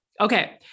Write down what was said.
Okay